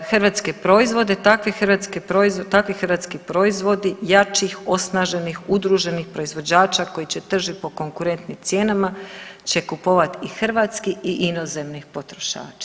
Hrvatske proizvode, takve hrvatski proizvodi jačih, osnaženih, udruženih proizvođača koji će tržit po konkurentnim cijenama će kupovati i hrvatski i inozemni potrošači.